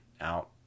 out